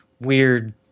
weird